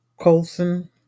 Colson